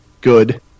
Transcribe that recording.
good